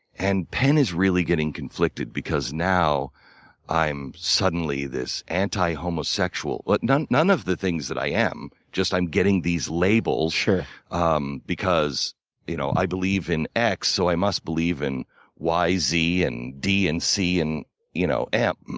and penn is really getting conflicted because now i'm suddenly this anti-homosexual but none none of the things that i am just i'm getting these labels um because you know i believe in x so i must believe in y, z, and d and c and you know, m.